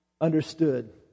understood